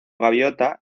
gaviota